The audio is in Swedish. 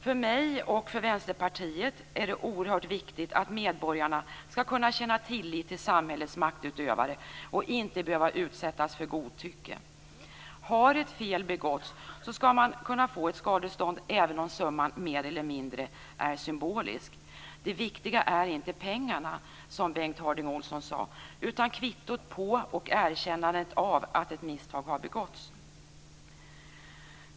För mig och för Vänsterpartiet är det oerhört viktigt att medborgarna skall kunna känna tillit till samhällets maktutövare och inte behöva utsättas för godtycke. Har ett fel begåtts skall man kunna få ett skadestånd, även om summan mer eller mindre är symbolisk. Det viktiga är inte pengarna, som Bengt Harding Olson sade, utan kvittot på och erkännandet av att ett misstag har begåtts.